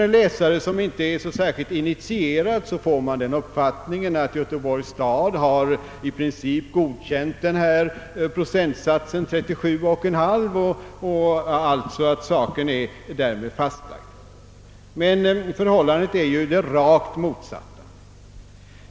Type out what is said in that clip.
En läsare som inte är så särskilt initierad får den uppfattningen, att Göteborgs stad i princip godkänt denna procentsats på 37,5 procent och att saken därmed är fastlagd. Men förhållandet är ju det rakt motsatta.